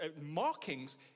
markings